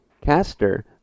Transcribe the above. Caster